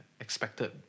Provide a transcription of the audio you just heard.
expected